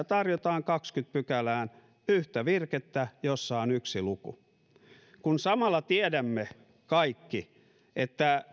tarjotaan kahdenteenkymmenenteen pykälään yhtä virkettä jossa on yksi luku kun samalla tiedämme kaikki että